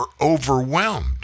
overwhelmed